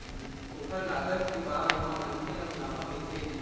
ओखर लागत के बाद ओमा मनखे ल मुनाफा मिलथे